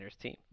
team